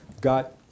got